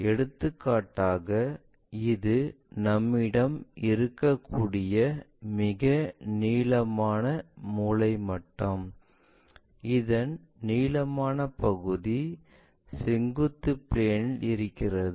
எடுத்துக்காட்டாக இது நம்மிடம் இருக்கக்கூடிய மிக நீளமான மூலை மட்டம் இதன் நீளமான பகுதி செங்குத்து பிளேன் இல் இருக்கிறது